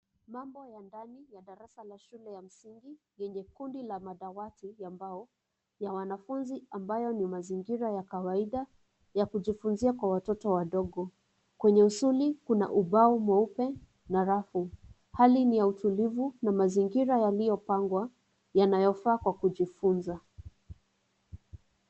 Mambo ya ndani ya darasa ya shule ya msingi yenye kundi ya madawati ya mbao ya wanafunzi ambayo ni mazingira ya kawaida ya kujifunzia kwa watoto wadogo, kwenye usuli kuna ubao mweupe na rafu, hali ni ya utulivu na mazingira yaliyo pangwa yanayofaa kwa kujifunza.